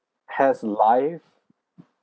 has life